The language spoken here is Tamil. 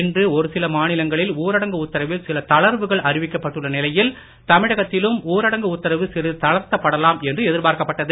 இன்று ஒரு சில மாநிலங்களில் ஊரடங்கு உத்தரவில் சில தளர்வுகள் அறிவிக்கப்பட்டுள்ள நிலையில் தமிழகத்திலும் ஊரடங்கு உத்தாவு சிறிது தளர்த்தப்படலாம் என்று எதிர்ப்பார்க்கப்பட்டது